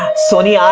soni ah